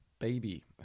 Baby